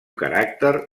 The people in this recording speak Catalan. caràcter